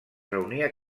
reunia